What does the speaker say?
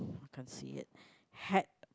I can't see it